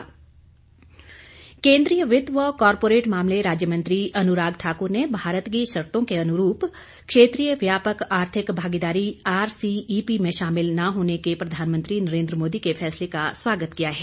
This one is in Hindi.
अनुराग ठाकुर केंद्रीय वित्त व कारपोरेट मामले राज्य मंत्री अनुराग ठाकुर ने भारत की शर्तो के अनुरूप क्षेत्रीय व्यापक आर्थिक भागीदारी आरसीईपी में शामिल न होने के प्रधानमंत्री नरेंद्र मोदी के फैसले का स्वागत किया है